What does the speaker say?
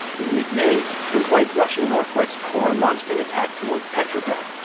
in mid-may, the white russian northwest corps launched an attack towards petrograd,